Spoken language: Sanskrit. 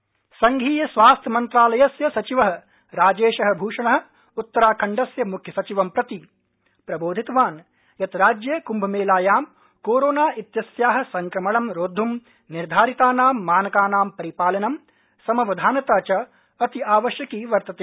कुंभ मेला संघीय स्वास्थ्य मन्त्रालयस्य सचिव राजेश भूषण उत्तराखण्डस्य मुख्य सचिवं प्रति प्रबोधितवान् यत् राज्य कुम्भमेलायां कोरोना इत्यस्या संक्रमणं रोद्धू निर्धारितानां मानकानां परिपालनं समवधानता अति आवश्यकी वर्तते